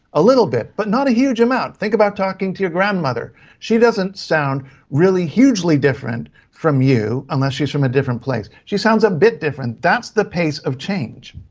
a little bit but not a huge amount. think about talking to your grandmother she doesn't sound really hugely different from you, unless she is from a different place, she sounds a bit different. that's the pace of change.